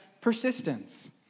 persistence